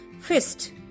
fist